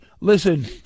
listen